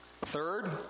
Third